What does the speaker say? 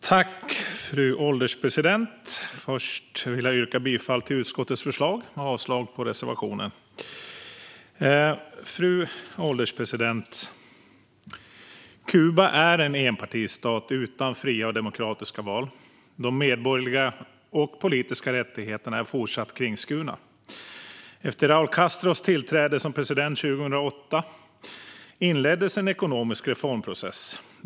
Fru ålderspresident! Först vill jag yrka bifall till utskottets förslag och avslag på reservationen. Fru ålderspresident! Kuba är en enpartistat utan fria och demokratiska val. De medborgerliga och politiska rättigheterna är fortfarande kringskurna. Efter Raúl Castros tillträde som president 2008 inleddes en ekonomisk reformprocess.